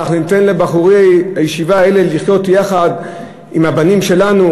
אז אנחנו ניתן לבחורי הישיבה האלה לחיות יחד עם הבנים שלנו?